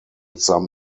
some